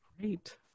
Great